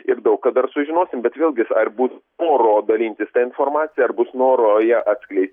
ir daug ką dar sužinosim bet vėlgi ar bus noro dalintis ta informacija ar bus noro ją atskleisti ir